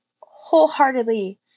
wholeheartedly